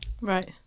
Right